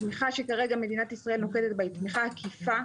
התמיכה שכרגע מדינת ישראל נוקטת בה היא תמיכה עקיפה,